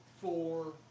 four